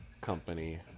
company